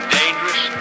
dangerous